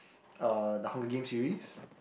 uh the Hunger Games series